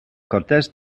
cortes